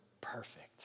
perfect